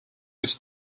гэж